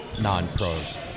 non-pros